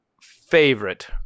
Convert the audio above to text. favorite